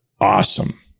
awesome